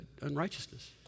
unrighteousness